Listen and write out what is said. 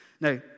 Now